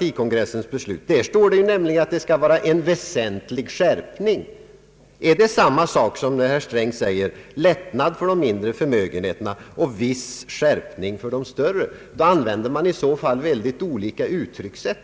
I kongressbeslutet står nämligen att det skall vara en » väsentlig skärpning». Innebär det samma sak som när herr Sträng nu talar om lättnad för mindre förmögenheter och viss skärpning för de större förmögenheterna. Då använder man i så fall väldigt olika uttryckssätt.